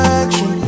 action